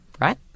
right